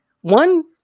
one